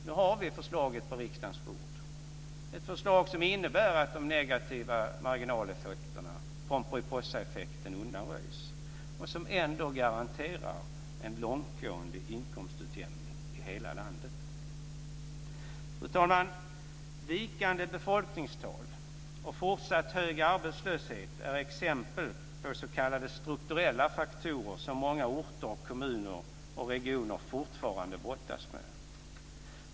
Nu har vi förslaget på riksdagens bord, ett förslag som innebär att de negativa marginaleffekterna - pomperipossaeffekten - undanröjs, och som ändå garanterar en långtgående inkomstutjämning i hela landet. Fru talman! Vikande befolkningstal och fortsatt hög arbetslöshet är exempel på s.k. strukturella faktorer som många orter, kommuner och regioner fortfarande brottas med.